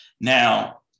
Now